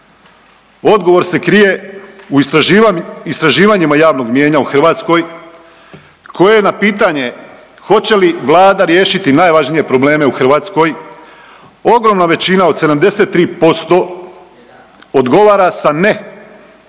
Odgovor se krije u istraživanjima javnog mijenja u Hrvatskoj koje na pitanje hoće li Vlada riješiti najvažnije probleme u Hrvatskoj ogromna većina od 73% odgovara sa ne